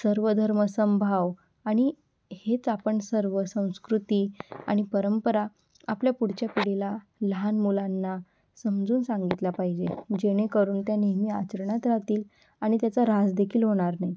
सर्वधर्म समभाव आणि हेच आपण सर्व संस्कृती आणि परंपरा आपल्या पुढच्या पिढीला लहान मुलांना समजून सांगितला पाहिजे जेणेकरून त्या नेहमी आचरणात राहतील आणि त्याचा ह्रासदेखील होणार नाही